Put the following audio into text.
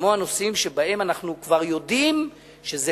כמו הנושאים שבהם אנחנו כבר יודעים שזה